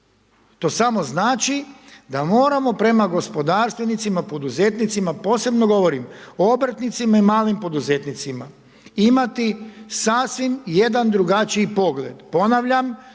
To samo znači, da moramo prema gospodarstvenicima, prema poduzetnicima, posebno govorim, o obrtnicima i malim poduzetnicima, imati sasvim jedan drugačiji pogled, ponavljam,